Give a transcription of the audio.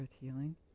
healing